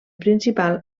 principal